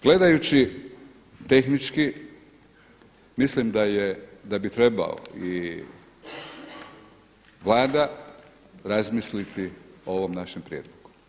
Gledajući tehnički mislim da bi trebao i Vlada razmisliti o ovom našem prijedlogu.